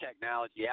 technology